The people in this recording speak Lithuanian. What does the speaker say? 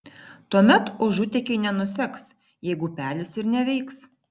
tuomet užutėkiai nenuseks jeigu upelis ir neveiks